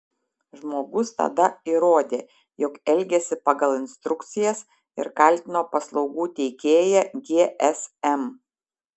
žmogus tada įrodė jog elgėsi pagal instrukcijas ir kaltino paslaugų teikėją gsm